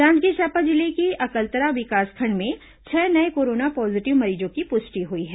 जांजगीर चांपा जिले के अकलतरा विकासखंड में छह नये कोरोना पॉजीटिव मरीजों की पुष्टि हुई है